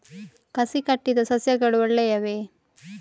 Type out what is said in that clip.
ಕಸಿ ಕಟ್ಟಿದ ಸಸ್ಯಗಳು ಒಳ್ಳೆಯವೇ?